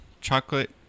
chocolate